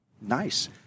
Nice